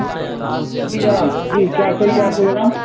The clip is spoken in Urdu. جی جناب جی کیا چاہیے آپ کو جناب